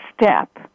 step